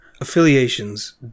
affiliations